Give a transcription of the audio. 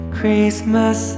Christmas